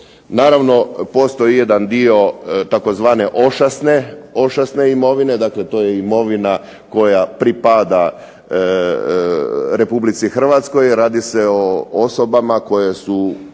Naravno postoji jedan dio tzv. ošasne imovine, dakle to je imovina koja pripada RH. Radi se o osobama koje su